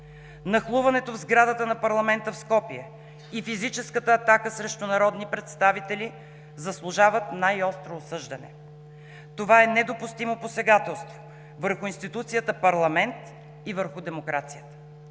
Нахлуването в сградата на парламента в Скопие и физическата атака срещу народни представители заслужават най-остро осъждане. Това е недопустимо посегателството върху институцията парламент и върху демокрацията.